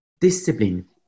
discipline